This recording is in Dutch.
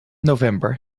november